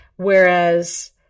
Whereas